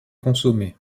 consommée